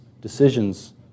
decisions